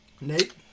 Nate